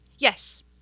Yes